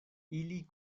ili